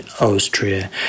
Austria